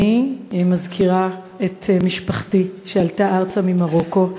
אני מזכירה את משפחתי, שעלתה ארצה ממרוקו.